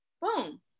boom